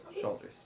shoulders